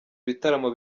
ibitaramo